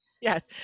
Yes